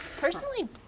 Personally